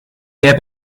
gebe